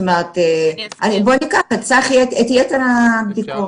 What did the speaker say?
בואי ניקח את יתר הבדיקות.